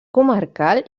comarcal